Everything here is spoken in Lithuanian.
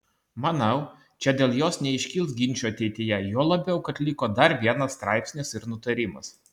manau čia dėl jos neiškils ginčų ateityje juo labiau kad liko dar vienas straipsnis ir nutarimas